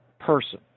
person